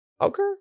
Okay